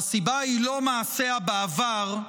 והסיבה היא לא מעשיה בעבר,